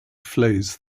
flows